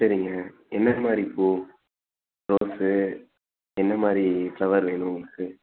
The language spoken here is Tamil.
சரிங்க என்ன மாதிரி பூ ரோஸு என்ன மாதிரி ஃப்ளவர் வேணும் உங்களுக்கு